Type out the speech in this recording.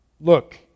Look